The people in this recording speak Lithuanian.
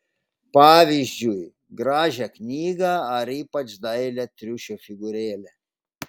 pavyzdžiui gražią knygą ar ypač dailią triušio figūrėlę